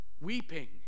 weeping